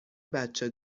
بچه